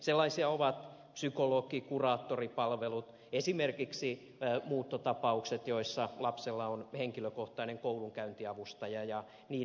sellaisia ovat psykologi kuraattoripalvelut esimerkiksi muuttotapaukset joissa lapsella on henkilökohtainen koulunkäyntiavustaja ja niin edelleen